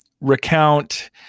recount